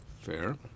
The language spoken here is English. Fair